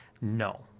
No